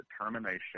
determination